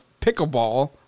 pickleball